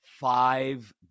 five